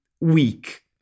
weak